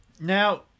Now